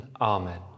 Amen